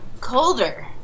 colder